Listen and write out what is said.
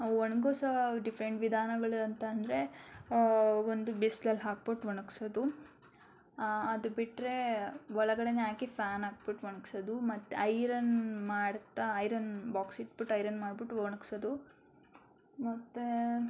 ಒಣಗಿಸೋ different ವಿಧಾನಗಳು ಅಂತ ಅಂದರೆ ಒಂದು ಬಿಸ್ಲಲ್ಲಿ ಹಾಕ್ಬಿಟ್ಟು ಒಣಗಿಸೋದು ಅದು ಬಿಟ್ಟರೆ ಒಳಗಡೇನೆ ಹಾಕಿ ಫ್ಯಾನ್ ಹಾಕ್ಬಿಟ್ಟು ಒಣಗಿಸೋದು ಮತ್ತು ಐರನ್ ಮಾಡ್ತಾ ಐರನ್ ಬಾಕ್ಸ್ ಇಟ್ಬಿಟ್ಟು ಐರನ್ ಮಾಡ್ಬಿಟ್ಟು ಒಣಗಿಸೋದು ಮತ್ತು